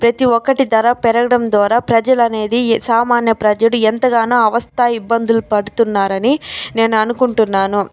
ప్రతి ఒక్కటి ధర పెరగడం ద్వారా ప్రజలనేది సామాన్య ప్రజలు ఎంతగానో అవస్థ ఇబ్బందులు పడుతున్నారని నేను అనుకుంటున్నాను